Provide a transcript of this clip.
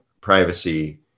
privacy